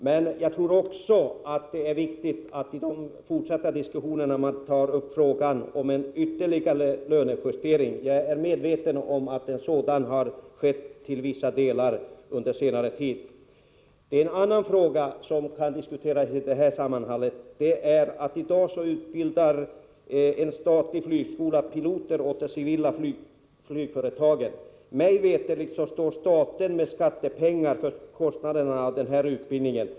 Men jag tror också att det är viktigt i den fortsatta diskussionen att ta upp frågan om en ytterligare lönejustering. Jag är medveten om att en lönejustering i vissa delar har skett under senare tid. En annan fråga som kan diskuteras i detta sammanhang är det förhållandet att en statlig flygskola i dag utbildar piloter för civila flygföretag. Mig veterligt står staten med skattepengar för kostnaderna för denna utbildning.